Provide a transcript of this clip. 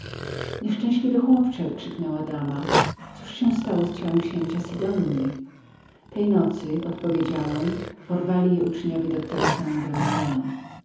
nieszczęśliwy chłopcze rzekła dama cóż się stało z ciałem księcia sidonji tej nocy odpowiedziałem przed kilkoma godzinami porwali go uczniowie doktora